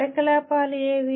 కార్యకలాపాలు ఏవి